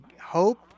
hope